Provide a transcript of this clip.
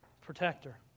protector